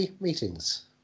meetings